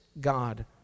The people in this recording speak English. God